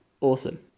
awesome